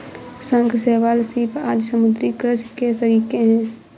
शंख, शैवाल, सीप आदि समुद्री कृषि के तरीके है